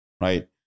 Right